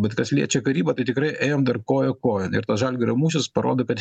bet kas liečia karybą tai tikrai ėjom dar koja kojon ir žalgirio mūšis parodo kad